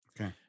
Okay